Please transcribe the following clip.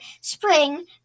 spring